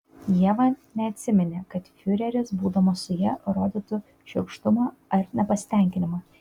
ieva neatsiminė kad fiureris būdamas su ja rodytų šiurkštumą ar nepasitenkinimą